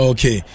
Okay